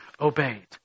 obeyed